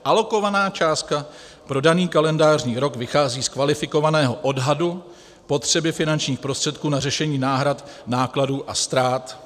Alokovaná částka pro daný kalendářní rok vychází z kvalifikovaného odhadu potřeby finančních prostředků na řešení náhrad nákladů a ztrát.